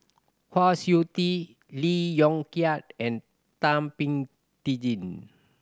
Kwa Siew Tee Lee Yong Kiat and Thum Ping Tjin